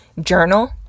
journal